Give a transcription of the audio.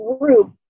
group